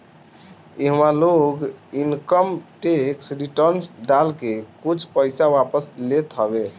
इहवा लोग income tax return डाल के कुछ पईसा वापस ले लेत हवे